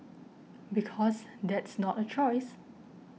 because that's not a choice